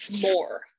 more